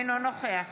אינו נוכח